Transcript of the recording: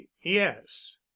yes